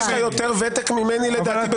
יש לך יותר ותק ממני בקואליציה.